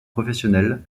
professionnels